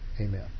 Amen